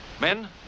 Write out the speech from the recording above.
Men